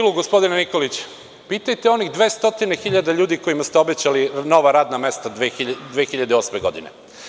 U stilu gospodina Nikolića – pitajte onih 200 hiljada ljudi kojima ste obećali nova radna mesta 2008. godine.